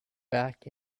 back